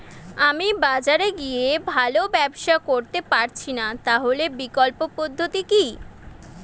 আমি বাজারে গিয়ে ভালো ব্যবসা করতে পারছি না তাহলে বিকল্প পদ্ধতি কি?